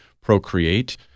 procreate